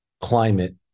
climate